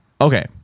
okay